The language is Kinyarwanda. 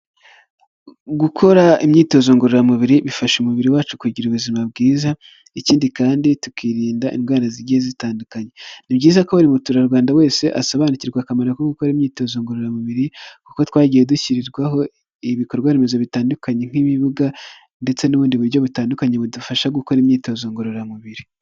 Gukora imyitozo ngororamubiri bifasha umubiri wacu kugira ubuzima bwiza, ikindi kandi tukirinda indwara zigiye zitandukanye. Ni byiza ko buri muturarwanda wese asobanukirwa akamaro ko gukora imyitozo ngororamubiri, kuko twagiye dushyirirwaho ibikorwaremezo bitandukanye nk'ibibuga, ndetse n'ubundi buryo butandukanye budufasha gukora imyitozo ngororamubiri.